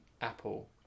Apple